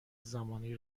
زمانی